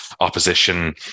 opposition